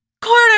corner